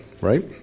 right